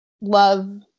love